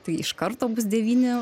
tai iš karto bus devyni